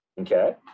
Okay